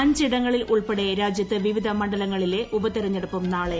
അഞ്ച് ഇടങ്ങളിൽ ഉൾപ്പെടെ രാജ്യത്ത് വിവിധ മണ്ഡലങ്ങളിലെ ഉപതിരഞ്ഞെടുപ്പും നാളെ